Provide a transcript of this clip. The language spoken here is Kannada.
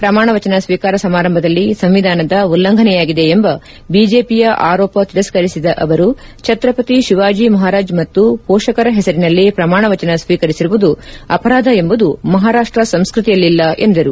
ಪ್ರಮಾಣ ವಜನ ಸ್ವೀಕಾರ ಸಮಾರಂಭದಲ್ಲಿ ಸಂವಿಧಾನದ ಉಲ್ಲಂಘನೆಯಾಗಿದೆ ಎಂಬ ಬಿಜೆಪಿಯ ಆರೋಪ ತಿರಸ್ಕರಿಸಿದ ಅವರು ಭ್ರತ್ರಪತಿ ಶಿವಾಜಿ ಮಪಾರಾಜ್ ಮತ್ತು ಪೋಷಕರ ಪೆಸರಿನಲ್ಲಿ ಪ್ರಮಾಣ ವಚನ ಸ್ವೀಕರಿಸುವುದು ಅಪರಾಧ ಎಂಬುದು ಮಹಾರಾಷ್ಟ ಸಂಸ್ಕತಿಯಲ್ಲಿಲ್ಲ ಎಂದರು